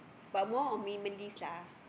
but more on minimalist lah